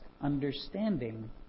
understanding